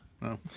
No